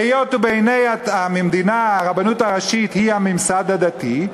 והיות שבעיני המדינה הרבנות הראשית היא הממסד הדתי,